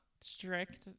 strict